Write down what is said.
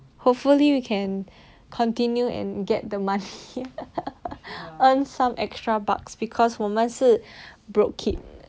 hopefully we can continue and get the must earn some extra bucks because 我们是 broke kid